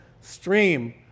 stream